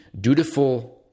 dutiful